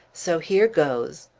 so here goes!